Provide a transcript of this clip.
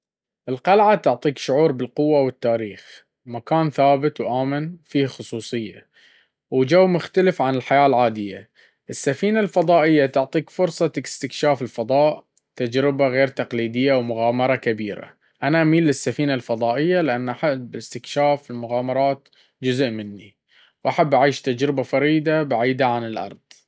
القلعة تعطيك شعور بالقوة والتاريخ، مكان ثابت وآمن فيه خصوصية وجو مختلف عن الحياة العادية. السفينة الفضائية تعطيك فرصة استكشاف الفضاء، تجربة غير تقليدية ومغامرة كبيرة. أنا أميل للسفينة الفضائية، لأن حب الاستكشاف والمغامرة جزء مني، وأحب أعيش تجربة فريدة بعيدة عن الأرض.